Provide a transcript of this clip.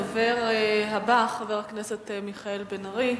הדובר הבא, חבר הכנסת מיכאל בן-ארי.